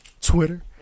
Twitter